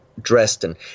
Dresden